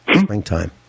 springtime